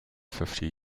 fifty